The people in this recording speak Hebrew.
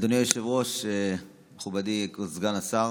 אדוני היושב-ראש, מכובדי כבוד סגן השר,